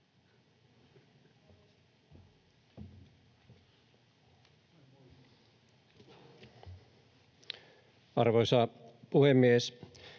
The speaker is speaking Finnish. Arvoisa puhemies!